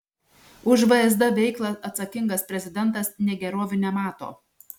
už vsd veiklą atsakingas prezidentas negerovių nemato